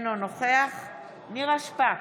אינו נוכח נירה שפק,